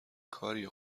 کاریه